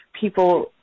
people